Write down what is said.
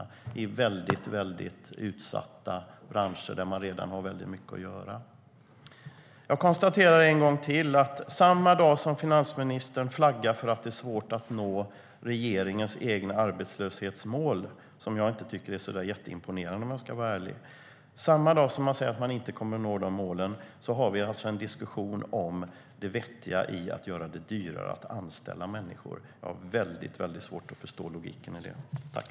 Det handlar om utsatta branscher där man redan har väldigt mycket att göra.